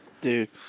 Dude